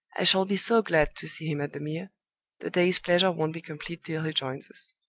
i shall be so glad to see him at the mere the day's pleasure won't be complete till he joins us!